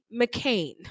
McCain